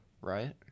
right